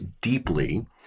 deeply